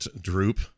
droop